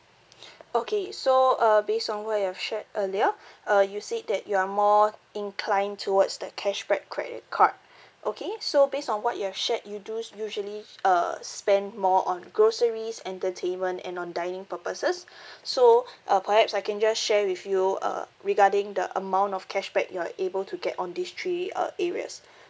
okay so uh based on what you have shared earlier uh you said that you are more inclined towards the cashback credit card okay so based on what you have shared you do s~ usually uh spend more on groceries entertainment and on dining purposes so uh perhaps I can just share with you uh regarding the amount of cashback you are able to get on these three uh areas